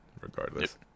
regardless